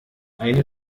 eine